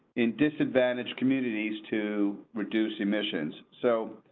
and disadvantage communities to reduce emissions so.